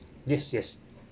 yes yes